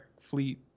Fleet